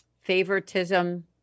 favoritism